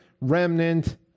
remnant